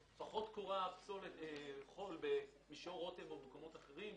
היא פחות תכרה חול במישור רותם או במקומות אחרים.